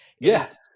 yes